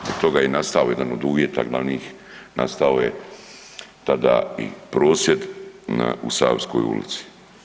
Od toga je i nastao jedan od uvjeta glavnih nastao je tada i prosvjed u Savskoj ulici.